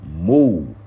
move